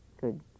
good